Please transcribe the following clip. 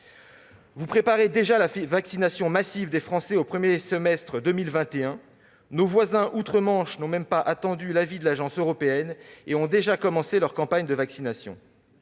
Vous préparez déjà la vaccination massive des Français au 1 semestre 2021. Nos voisins outre-Manche n'ont même pas attendu l'avis de l'Agence européenne et ont déjà commencé leur campagne de vaccination